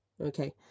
okay